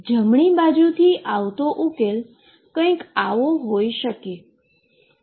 અને જમણી બાજુથી આવતો ઉકેલ આવો કંઈક હોઈ શકે છે